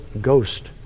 Ghost